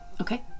Okay